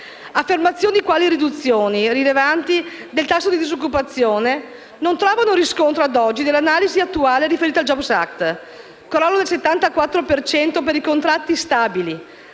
Affermazioni quali una riduzione rilevante del tasso di disoccupazione non trovano riscontro nell'analisi attuale riferita al *jobs act*: crollo del 74 per cento per i contratti stabili,